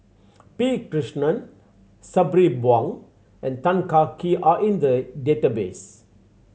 P Krishnan Sabri Buang and Tan Kah Kee are in the database